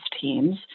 teams